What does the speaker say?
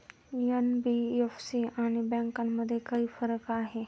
NBFC आणि बँकांमध्ये काय फरक आहे?